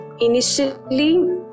initially